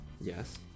yes